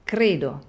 Credo